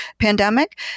pandemic